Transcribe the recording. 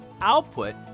output